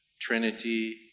Trinity